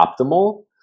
optimal